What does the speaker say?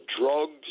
drugs